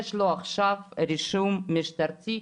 יש לו רישום משטרתי,